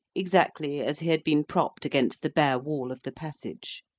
exactly as he had been propped against the bare wall of the passage.